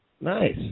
Nice